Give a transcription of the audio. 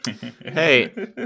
Hey